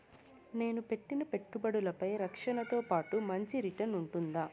నేను పెట్టిన పెట్టుబడులపై రక్షణతో పాటు మంచి రిటర్న్స్ ఉంటుందా?